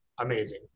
amazing